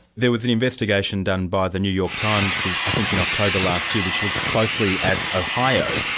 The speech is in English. there was the investigation done by the new york times, i think in october last year, which looked closely at ohio.